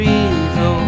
evil